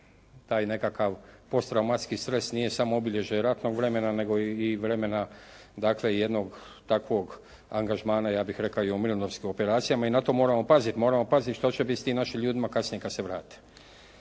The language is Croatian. taj nekakav post reumatski stres nije samo obilježje ratnog vremena, nego i vremena dakle jednog takvog angažmana ja bih rekao i u mirnodopskim operacijama i na to moramo paziti. Moramo paziti što će biti s tim našim ljudima kasnije kad se vrate.